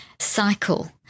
cycle